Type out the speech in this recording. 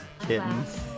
kittens